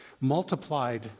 multiplied